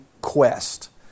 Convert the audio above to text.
quest